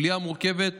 החוליה מורכבת